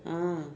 ah